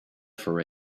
for